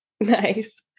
nice